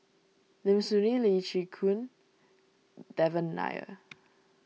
Lim Soo Ngee Lee Chin Koon Devan Nair